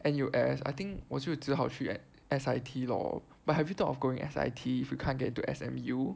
N_U_S I think 我就只好去 like S_I_T lor but have you thought of going S_I_T if you can't get into S_M_U